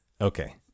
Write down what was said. Okay